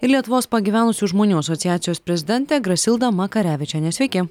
ir lietuvos pagyvenusių žmonių asociacijos prezidentė grasilda makarevičienė sveiki